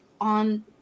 on